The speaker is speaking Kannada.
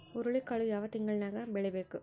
ಹುರುಳಿಕಾಳು ಯಾವ ತಿಂಗಳು ನ್ಯಾಗ್ ಬೆಳಿಬೇಕು?